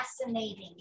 fascinating